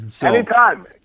Anytime